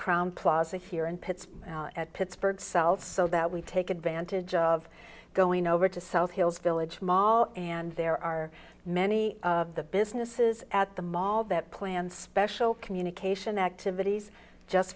crown plaza here in pittsburgh at pittsburgh cells so that we take advantage of going over to south hills village mall and there are many of the businesses at the mall that plan special communication activities just